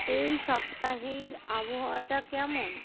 এই সপ্তাহের আবহাওয়াটা কেমন